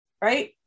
Right